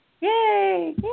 Yay